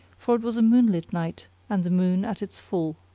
for it was a moonlit night and the moon at its full.